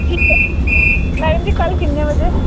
ठीक ऐ मैडम जी कल किन्ने बजे